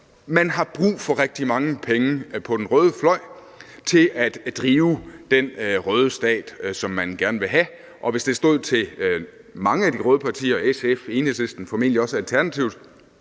Man har brug for rigtig mange penge på den røde fløj til at drive den røde stat, som man gerne vil have. Og hvis det stod til mange af de røde partier – SF, Enhedslisten og formentlig også Alternativet